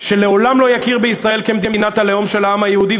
שלעולם לא יכיר בישראל כמדינת הלאום של העם היהודי,